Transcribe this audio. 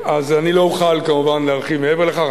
אני לא אוכל, כמובן, להרחיב מעבר לכך.